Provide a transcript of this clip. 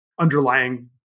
underlying